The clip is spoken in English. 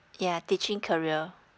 yeah teaching career